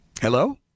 hello